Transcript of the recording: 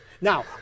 Now